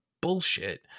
bullshit